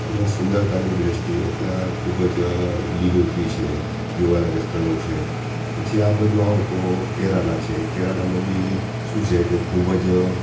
અને સુંદરતાની દૃષ્ટિ એ ત્યાં ખૂબ જ લીલોતરી છે જોવાલાયક સ્થળો છે પછી આ બાજુ આવો તો કેરાલા છે કેરાલામાં બી શું છે કે ખૂબ જ